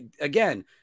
again